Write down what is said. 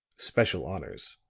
special honors.